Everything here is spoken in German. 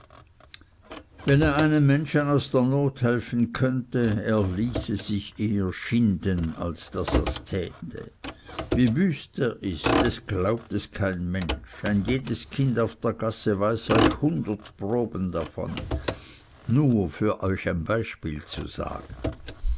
wenn er einem menschen aus der not helfen könnte er ließ sich eher schinden als daß ers täte wie wüst der ist es glaubt es kein mensch ein jedes kind auf der gasse weiß euch hundert proben davon nur für euch ein beispiel zu sagen